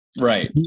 Right